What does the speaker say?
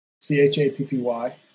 C-H-A-P-P-Y